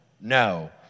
No